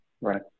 Right